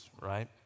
Right